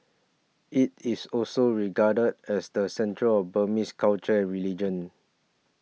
it is also regarded as the centre of Burmese culture and religion